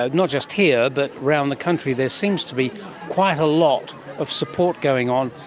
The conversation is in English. ah not just here but around the country. there seems to be quite a lot of support going on,